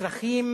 התעלמות מהצרכים